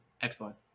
Excellent